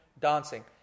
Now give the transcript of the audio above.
dancing